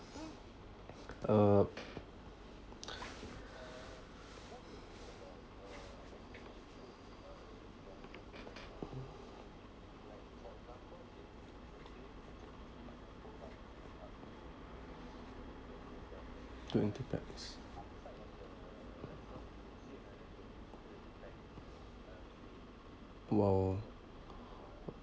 uh twenty pax !wow!